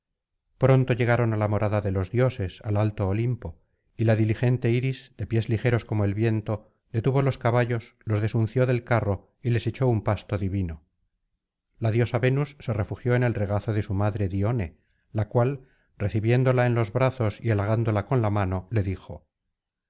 pronto llegaron á la morada de los dioses al alto olimpo y la diligente iris de pies ligeros como el viento detuvo los caballos los desunció del carro y les echó un pasto divino la diosa venus se refugió en el regazo de su madre dione la cual recibiéndola en los brazos y halagándola con la mano le dijo